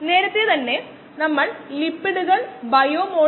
അതുപോലെ vന്റെ വിപരീതങ്ങൾ1 v 1 0